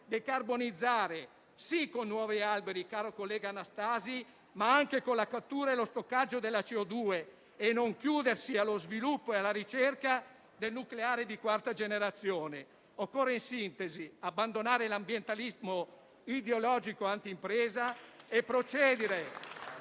decarbonizzare - sì - con nuovi alberi, caro collega Anastasi, ma anche con la cattura e lo stoccaggio della CO2 e non chiudersi allo sviluppo e alla ricerca del nucleare di quarta generazione. In sintesi, occorre abbandonare l'ambientalismo ideologico anti-impresa e procedere